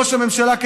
ראש הממשלה,